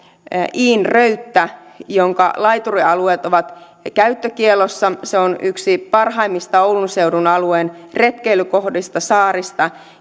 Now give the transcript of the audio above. iin röyttä jonka laiturialueet ovat käyttökiellossa se on yksi parhaimmista oulun seudun alueen retkeilykoh teista saarista